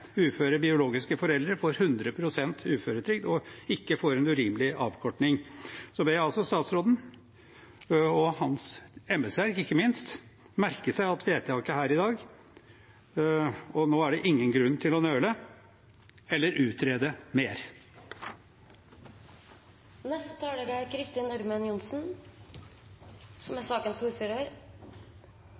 uføre biologiske foreldre får 100 pst. uføretrygd og ikke en urimelig avkortning. Jeg ber statsråden og ikke minst hans embetsverk merke seg vedtaket her i dag. Nå er det ingen grunn til å nøle eller utrede mer. Jeg har lyst til å knytte noen kommentarer til noen av innleggene. Først tror jeg det er